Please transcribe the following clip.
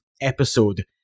episode